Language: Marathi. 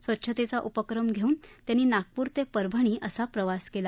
स्वच्छतेचा उपक्रम घेऊन त्यांनी नागपूर ते परभणी असा प्रवास केला